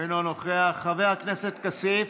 אינו נוכח, חבר הכנסת כסיף,